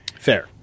Fair